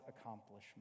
accomplishment